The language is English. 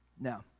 Now